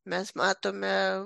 mes matome